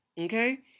okay